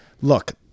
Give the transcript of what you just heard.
Look